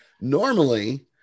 normally